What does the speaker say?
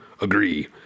agree